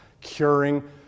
Curing